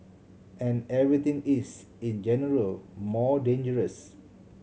and everything is in general more dangerous